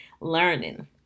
learning